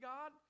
God